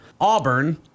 Auburn